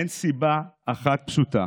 אין סיבה אחת פשוטה